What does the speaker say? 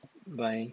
bye